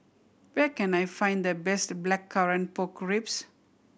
where can I find the best Blackcurrant Pork Ribs